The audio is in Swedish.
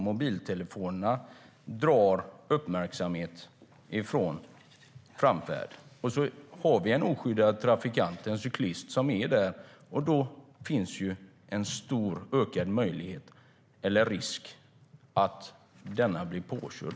Mobiltelefonerna stjäl förarens uppmärksamhet. Kommer det då en oskyddad trafikant, till exempel en cyklist, ökar risken för att denna blir påkörd.